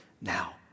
now